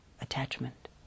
attachment